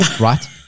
Right